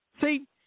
See